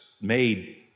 made